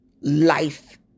life